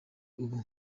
ubu